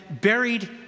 buried